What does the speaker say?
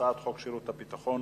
הצעת חוק שירות ביטחון